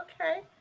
okay